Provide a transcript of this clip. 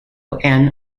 and